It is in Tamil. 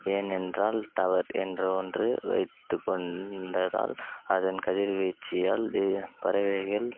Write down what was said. ஏன் என்றால் டவர் என்ற ஒன்று வைத்து கொண்டதால் அதன் கதிர்வீச்சில் தி பறவைகள்